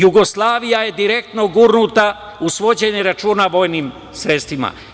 Jugoslavija je direktno gurnuta u svođenje računa vojnim sredstvima.